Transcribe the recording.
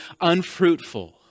unfruitful